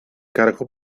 cargo